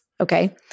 Okay